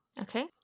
Okay